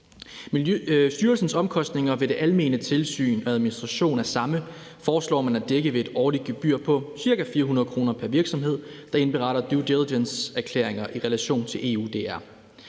Styrelsens omkostninger ved det almene tilsyn og administrationen af samme foreslår man at dække ved et årligt gebyr på ca. 400 kr. pr. virksomhed, der indberetter due diligence-erklæringer i relation til EUDR.